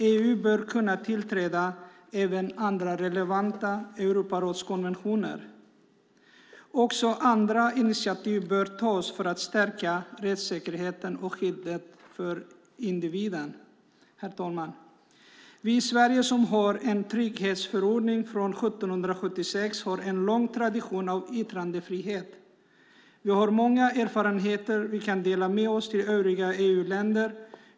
EU bör kunna tillträda även andra relevanta Europarådskonventioner. Också andra initiativ bör tas för att stärka rättssäkerheten och skyddet för individen. Herr talman! Vi i Sverige som har en trygghetsförordning från 1776 har en lång tradition av yttrandefrihet. Vi har många erfarenheter som vi kan dela med oss av till övriga EU-länder.